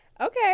Okay